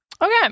Okay